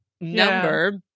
number